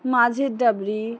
মাঝের ডাবরি